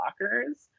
lockers